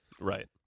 Right